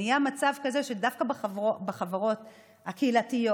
נהיה מצב כזה שדווקא בחברות הקהילתיות,